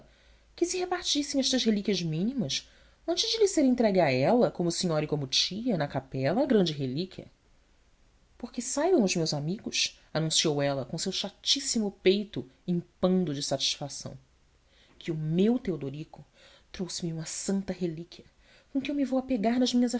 que se repartissem estas relíquias mínimas antes de lhe ser entregue a ela como senhora e como tia na capela a grande relíquia porque saibam os meus amigos anunciou ela com seu chatíssimo peito impando de satisfação que o meu teodorico trouxe-me uma santa relíquia com que eu me vou apegar nas minhas